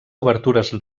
obertures